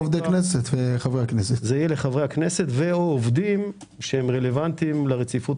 יהיה לחברי הכנסת ו/ או עובדים שרלוונטיים לרציפות